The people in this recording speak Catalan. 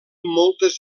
moltes